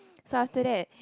so after that